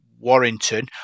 Warrington